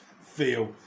feel